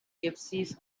gypsies